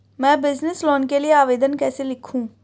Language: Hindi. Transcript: मैं बिज़नेस लोन के लिए आवेदन कैसे लिखूँ?